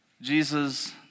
Jesus